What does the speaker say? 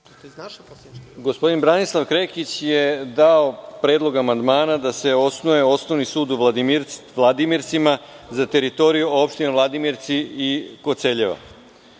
Gospodin Branislav Krekić je dao predlog amandmana da se osnuje osnovni sud u Vladimircima za teritoriju opština Vladimirci i Koceljeva